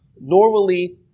normally